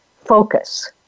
focus